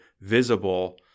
visible